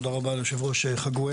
תודה רבה ליושב ראש חגואל.